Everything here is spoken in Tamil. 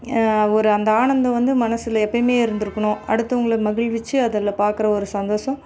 ஒரு அந்த ஆனந்தம் வந்து மனசில் எப்பையுமே இருந்துருக்கணும் அடுத்தவங்களை மகிழ்விச்சு அதில் பார்க்குற ஒரு சந்தோஷம்